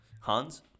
Hans